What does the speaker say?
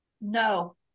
No